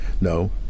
No